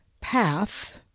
path